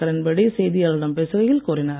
கிரண்பேடி செய்தியாளர்களிடம் பேசுகையில் கூறினார்